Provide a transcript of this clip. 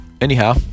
anyhow